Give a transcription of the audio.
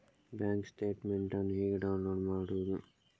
Bank statement ಅನ್ನು ಹೇಗೆ download ಮಾಡುವುದು?